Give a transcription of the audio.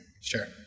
Sure